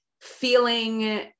feeling